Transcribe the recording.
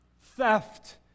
theft